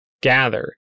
gather